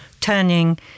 turning